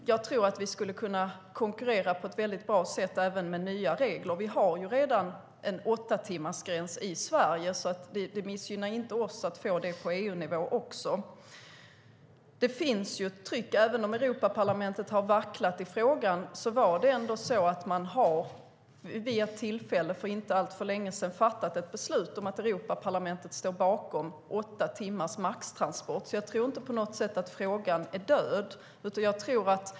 Vi skulle kunna konkurrera på ett bra sätt med nya regler. Vi har redan en åttatimmarsgräns i Sverige, så det missgynnar inte oss om vi även får det på EU-nivå. Europaparlamentet har vacklat i frågan, men det finns ett tryck. För inte alltför länge sedan fattade Europaparlamentet beslut om att stå bakom max åtta timmars transport. Jag tror därför inte att frågan är död.